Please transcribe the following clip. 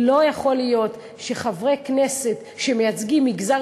לא יכול להיות שחברי כנסת שמייצגים מגזר